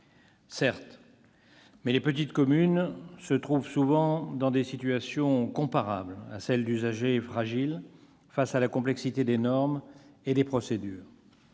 Certes, mais les petites communes se trouvent souvent dans des situations comparables à celle d'usagers fragiles face à la complexité des normes et des procédures.